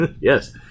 Yes